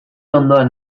ondoan